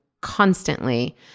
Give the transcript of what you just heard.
constantly